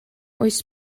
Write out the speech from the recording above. oes